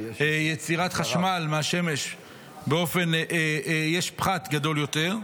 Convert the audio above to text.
ביצירת חשמל מהשמש יש פחת גדול יותר.